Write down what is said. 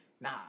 Nah